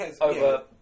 over